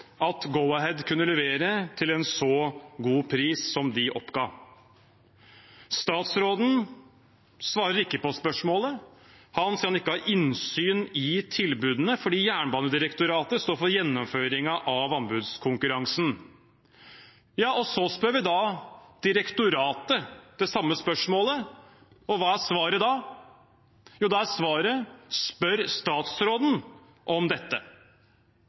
at Go-Ahead kunne levere til en så god pris som de oppga. Statsråden svarer ikke på spørsmålet. Han sier han ikke har innsyn i tilbudene fordi Jernbanedirektoratet står for gjennomføringen av anbudskonkurransen. Da stiller vi direktoratet det samme spørsmålet. Og hva er svaret da? Jo, da er svaret: Spør statsråden om dette!